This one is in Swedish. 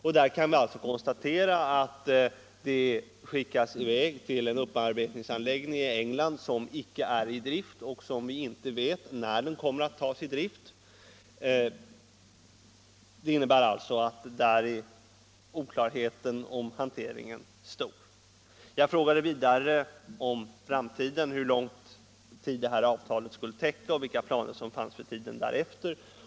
Vi kan alltså konstatera att det skickas i väg till en upparbetningsanläggning i England som icke är i drift — och vi vet inte när den kommer att tas i drift. På den punkten är alltså oklarheten om hanteringen stor. Vidare frågade jag om hur lång tid avtalet skulle täcka och vilka planer som fanns för tiden därefter.